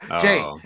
Jay